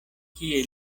kie